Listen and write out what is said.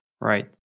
Right